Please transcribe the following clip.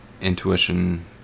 intuition